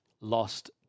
lost